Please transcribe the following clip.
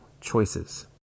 choices